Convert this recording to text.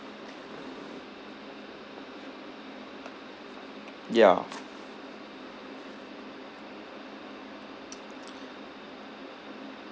ya